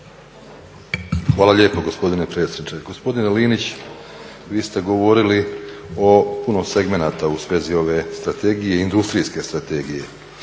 Hvala lijepo gospodine predsjedniče. Gospodine Linić, vi ste govorili o puno segmenata u svezi ove strategije, industrijske strategije.